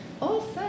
Awesome